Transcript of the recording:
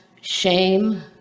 shame